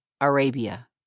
Arabia